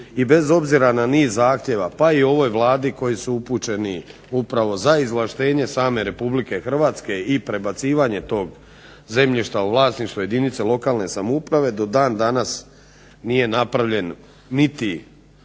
i bez obzira na niz zahtjeva pa i ovoj Vladi koji su upućeni upravo za izvlaštenje same Republike Hrvatske i prebacivanje tog zemljišta u vlasništvo jedinica lokalne samouprave, do dan danas nije napravljen niti